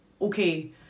Okay